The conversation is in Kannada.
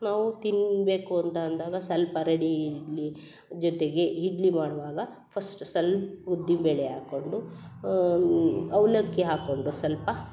ನಾವು ತಿನ್ನಬೇಕು ಅಂತ ಅಂದಾಗ ಸ್ವಲ್ಪ ರೆಡಿ ಇಡ್ಲಿ ಜೊತೆಗೆ ಇಡ್ಲಿ ಮಾಡುವಾಗ ಫಸ್ಟ್ ಸಲ್ಪ ಉದ್ದಿನ ಬೇಳೆ ಆಕೊಂಡು ಅವ್ಲಕ್ಕಿ ಹಾಕೊಂಡು ಸ್ವಲ್ಪ